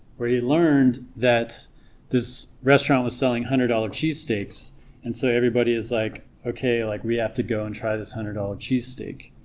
where he learned that this restaurant was selling hundred dollar cheesesteaks and so everybody is like okay like we have to go and try this hundred dollar cheesesteak